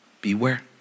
Beware